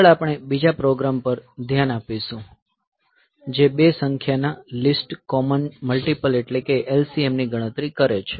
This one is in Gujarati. આગળ આપણે બીજા પ્રોગ્રામ પર ધ્યાન આપીશું જે બે સંખ્યા ના લીસ્ટ કોમન મલ્ટીપલ એટલે કે LCM ની ગણતરી કરે છે